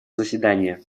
заседания